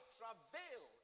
travail